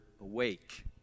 awake